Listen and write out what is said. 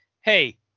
hey